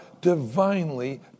divinely